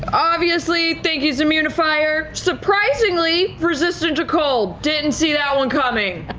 obviously, think he's immune to fire. surprisingly, resistant to cold. didn't see that one coming.